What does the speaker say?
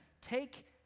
take